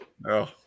No